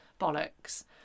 Bollocks